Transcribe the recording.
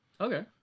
Okay